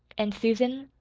and susan,